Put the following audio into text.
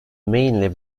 mainly